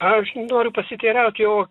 aš noriu pasiteirauti o